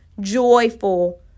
joyful